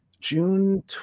June